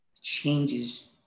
changes